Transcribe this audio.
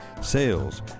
sales